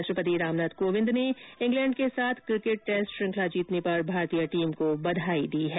राष्ट्रपति रामनाथ कोविंद ने इंग्लैंड के साथ क्रिकेट टेस्ट श्रृंखला जीतने पर भारतीय टीम को बघाई दी है